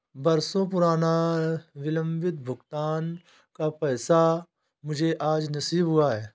बरसों पुराना विलंबित भुगतान का पैसा मुझे आज नसीब हुआ है